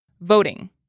voting